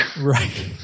Right